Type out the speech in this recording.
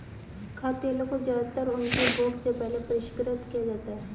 खाद्य तेलों को ज्यादातर उनके उपभोग से पहले परिष्कृत किया जाता है